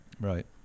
Right